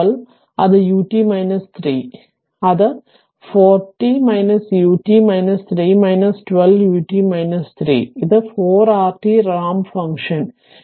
അതിനാൽ ഇത് 4 rt 4 t ut 3 12 ut 3 അതായത് ഇത് 4 rt റാമ്പ് ഫംഗ്ഷൻ 4 rt 3